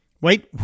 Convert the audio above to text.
Wait